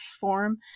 form